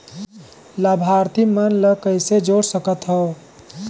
लाभार्थी मन ल कइसे जोड़ सकथव?